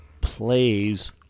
plays